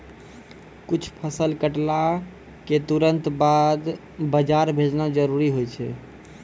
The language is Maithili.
कुछ फसल कटला क तुरंत बाद बाजार भेजना जरूरी होय छै